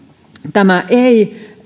tänne ei